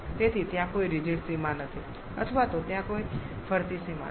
તેથી ત્યાં કોઈ રિજિડ સીમા નથી અથવા તો ત્યાં કોઈ ફરતી સીમા નથી